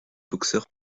boxeur